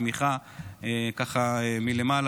התמיכה מלמעלה,